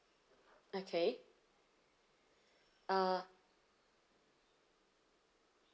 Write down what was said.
okay uh